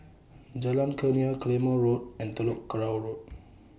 Jalan Kurnia Claymore Road and Telok Kurau Road